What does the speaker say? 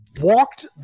walked